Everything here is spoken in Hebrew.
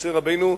משה רבנו,